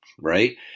right